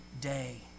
day